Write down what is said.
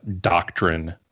doctrine